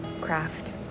craft